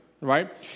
right